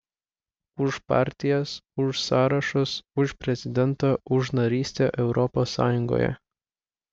už partijas už sąrašus už prezidentą už narystę europos sąjungoje